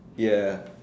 ya